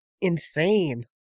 insane